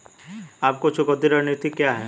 आपकी चुकौती रणनीति क्या है?